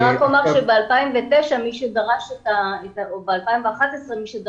אני רק אומר שב-2009 או ב-2011 משרד